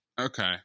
okay